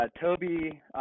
Toby